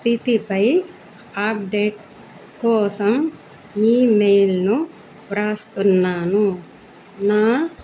స్థితిపై అప్డేట్ కోసం ఈమెయిల్ను రాస్తున్నాను నా